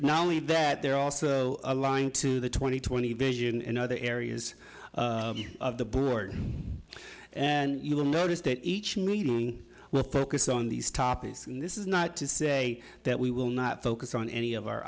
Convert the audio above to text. not only that they're also aligned to the twenty twenty vision in other areas of the board and you will notice that each meeting will focus on these topics and this is not to say that we will not focus on any of our